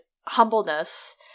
humbleness